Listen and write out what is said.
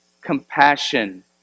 compassion